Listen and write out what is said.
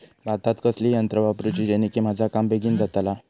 भातात कसली यांत्रा वापरुची जेनेकी माझा काम बेगीन जातला?